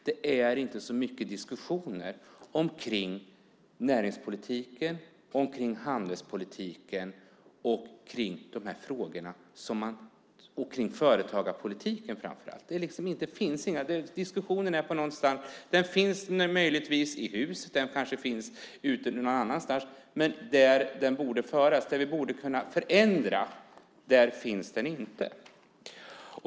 Det är inte så mycket diskussioner om näringspolitiken, handelspolitiken eller företagarpolitiken framför allt. Diskussionen finns möjligtvis i huset. Den kanske finns ute någon annanstans. Men där den borde föras, där vi borde kunna förändra finns den inte.